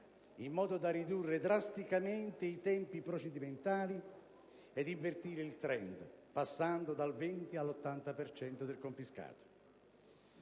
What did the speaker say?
in modo da ridurre drasticamente i tempi procedimentali ed invertire il *trend*, passando dal 20 all'80 per cento